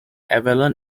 avalon